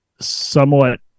somewhat